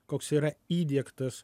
koks yra įdiegtas